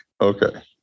Okay